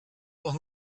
doch